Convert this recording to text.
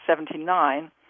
1979